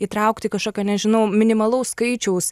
įtraukti kažkokio nežinau minimalaus skaičiaus